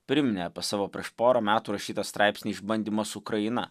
priminė apie savo prieš porą metų rašytą straipsnį išbandymas ukraina